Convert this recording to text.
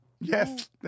Yes